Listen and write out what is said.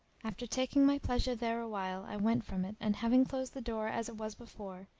after taking my pleasure there awhile i went from it and, having closed the door as it was before,